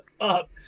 up